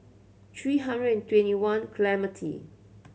three hundred and twenty one Clementi